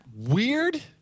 Weird